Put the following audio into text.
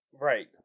right